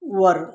वर